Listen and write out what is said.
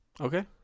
Okay